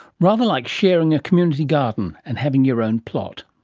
rather like sharing a community garden and having your own plot.